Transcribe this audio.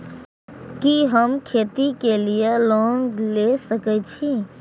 कि हम खेती के लिऐ लोन ले सके छी?